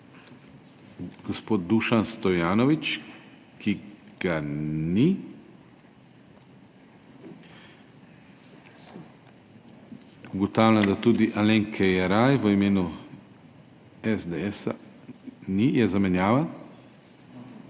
gospod Dušan Stojanovič, ki ga ni. Ugotavljam, da tudi Alenke Jeraj v imenu SDS ni. Je zamenjava?